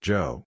Joe